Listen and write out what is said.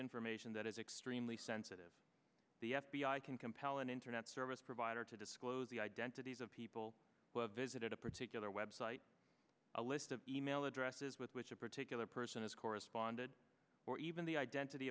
information that is extremely sensitive the f b i can compel an internet service provider to disclose the identities of people who have visited a particular web site a list of e mail addresses with which a particular person is corresponded or even the identity